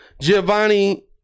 Giovanni